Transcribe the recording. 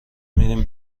میریم